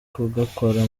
kugakora